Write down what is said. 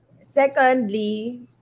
Secondly